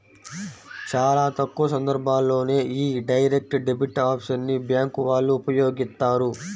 చాలా తక్కువ సందర్భాల్లోనే యీ డైరెక్ట్ డెబిట్ ఆప్షన్ ని బ్యేంకు వాళ్ళు ఉపయోగిత్తారు